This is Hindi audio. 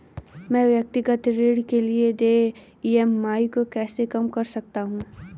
मैं व्यक्तिगत ऋण के लिए देय ई.एम.आई को कैसे कम कर सकता हूँ?